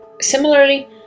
Similarly